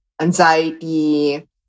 anxiety